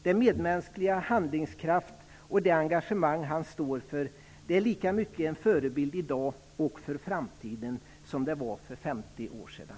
Den medmänskliga handlingskraft och det engagemang han står för är lika mycket en förebild i dag och för framtiden som de var för 50 år sedan.